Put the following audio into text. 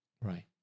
right